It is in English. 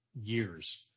years